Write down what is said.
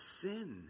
sin